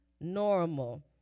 normal